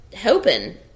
hoping